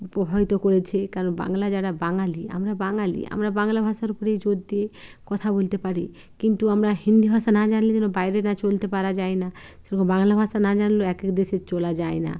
উপ হয়তো করছে কারণ বাংলা যারা বাঙালি আমরা বাঙালি আমরা বাংলা ভাষার উপরে জোর দিয়ে কথা বলতে পারি কিন্তু আমরা হিন্দি ভাষা না জানলে যেন বাইরের না চলতে পারা যায় না সেরকম বাংলা ভাষা না জানলেও এক এক দেশে চলা যায় না